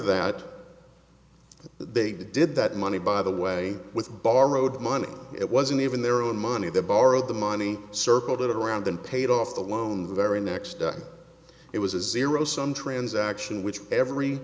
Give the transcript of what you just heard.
that they did that money by the way with borrowed money it wasn't even their own money they borrowed the money circled it around and paid off the loan the very next day it was a zero sum transaction which every